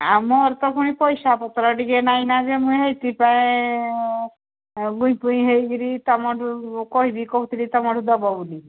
ଆଉ ମୋର ତ ପୁଣି ପଇସା ପତ୍ର ଟିକେ ନାଇଁନା ଯେ ମୁଇଁ ହେଇଥିପାଇଁ ଗୁଇଁପୁଇଁ ହେଇକିରି ତମଠୁ କହିବି କହୁଥିଲି ତମଠୁ ଦବବୋଲି କରି